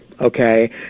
okay